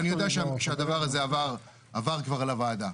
אני יודע שהדבר הזה עבר כבר לוועדה.